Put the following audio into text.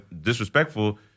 Disrespectful